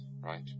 right